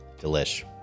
Delish